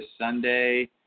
sunday